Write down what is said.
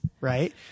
right